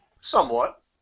Somewhat